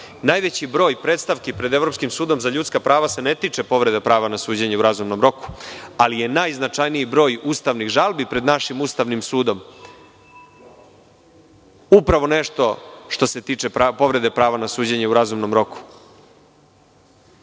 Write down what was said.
najveći broj predstavki pred Evropskim sudom za ljudska prava se ne tiče povreda prava na suđenje u razumnom roku, ali je najznačajniji broj ustavnih žalbi pred našim Ustavnim sudom upravo nešto što se tiče povrede prava na suđenje u razumnom roku.